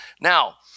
now